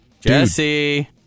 Jesse